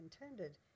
intended